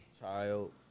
child